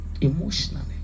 emotionally